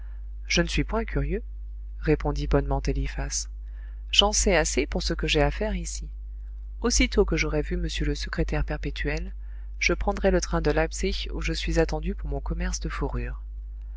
je ne suis point curieux répondit bonnement eliphas j'en sais assez pour ce que j'ai à faire ici aussitôt que j'aurai vu m le secrétaire perpétuel je prendrai le train de leipzig où je suis attendu pour mon commerce de fourrures